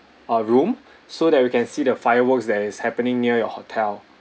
a room so that we can see the fireworks that is happening near your hotel